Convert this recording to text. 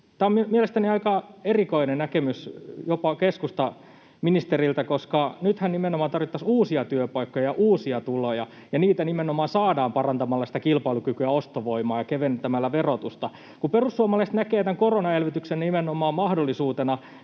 Tämä on mielestäni aika erikoinen näkemys jopa keskustaministeriltä, koska nythän nimenomaan tarvittaisiin uusia työpaikkoja ja uusia tuloja, ja niitä nimenomaan saadaan parantamalla sitä kilpailukykyä ja ostovoimaa ja keventämällä verotusta. Perussuomalaiset näkevät tämän koronaelvytyksen nimenomaan mahdollisuutena